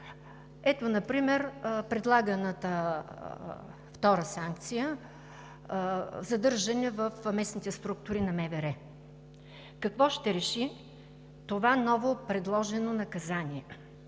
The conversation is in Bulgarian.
Ето например предлаганата втора санкция – „задържане в местните структури на МВР“. Какво ще реши това ново, предложено наказание